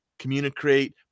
communicate